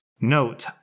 Note